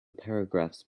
paragraphs